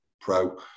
Pro